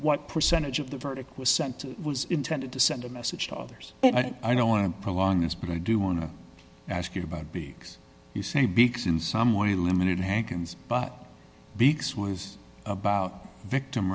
what percentage of the verdict was sent was intended to send a message to others i don't want to prolong this but i do want to ask you about beaks you say because in some way limited hankins but beaks was about victim